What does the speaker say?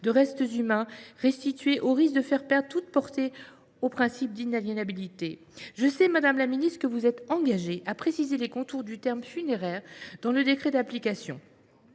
des restes humains restitués, au risque de faire perdre toute portée au principe d’inaliénabilité. Je sais, madame la ministre, que vous vous êtes engagée à préciser les contours du terme « funéraires » dans le décret d’application